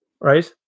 right